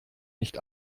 nicht